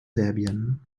serbien